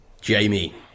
Jamie